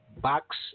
box